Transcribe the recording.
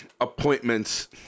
Appointments